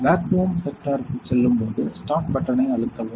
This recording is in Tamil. வேக்குவம் செக்டாருக்கு செல்லும் போது ஸ்டார்ட் பட்டன் ஐ அழுத்தவும்